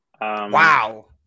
Wow